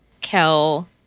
Kel